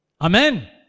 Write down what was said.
Amen